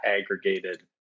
aggregated